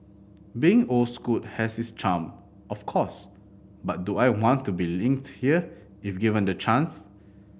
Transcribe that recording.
being old school has its charm of course but do I want to be inked here if given the chance